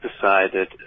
decided